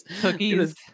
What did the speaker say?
cookies